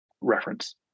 reference